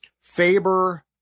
faber